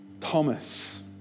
Thomas